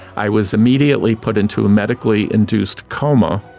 i was immediately put into a medically induced coma,